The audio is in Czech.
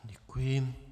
Děkuji.